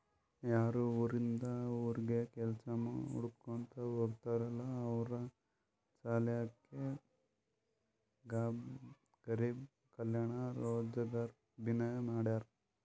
ಯಾರು ಉರಿಂದ್ ಉರಿಗ್ ಕೆಲ್ಸಾ ಹುಡ್ಕೋತಾ ಹೋಗ್ತಾರಲ್ಲ ಅವ್ರ ಸಲ್ಯಾಕೆ ಗರಿಬ್ ಕಲ್ಯಾಣ ರೋಜಗಾರ್ ಅಭಿಯಾನ್ ಮಾಡ್ಯಾರ್